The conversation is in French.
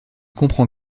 comprend